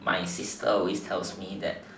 my sister always tells me that